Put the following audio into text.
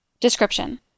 Description